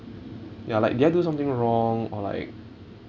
ya like did I do something wrong or like